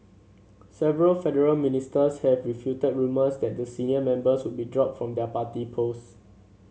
several federal ministers have refuted rumours that the senior members would be dropped from their party posts